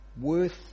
worth